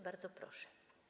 Bardzo proszę.